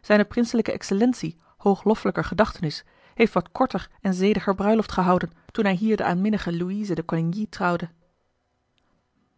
zijne prinselijke excellentie hoogloffelijker gedachtenis heeft wat korter en zediger bruiloft gehouden toen hij hier de aanminnige louise de coligny trouwde